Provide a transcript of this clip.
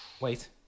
Wait